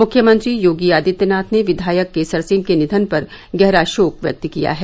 मुख्यमंत्री योगी आदित्यनाथ ने विधायक केसर सिंह के निधन पर गहरा शोक व्यक्त किया है